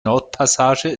nordpassage